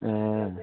ए अँ